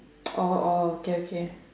orh orh okay okay